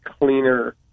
cleaner